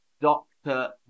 Doctor